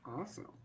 Awesome